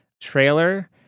trailer